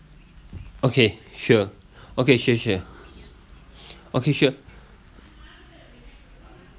okay sure okay sure sure okay sure